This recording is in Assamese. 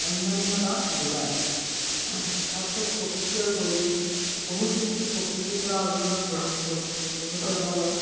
অন্যান্যতা যোগায় তাৰপিছত প্ৰকৃতি আৰু পৰিৱেশ বহু শিল্পী প্ৰকৃতিৰ পৰা অনুপ্ৰ অনু অনুপ্ৰেৰণা লয়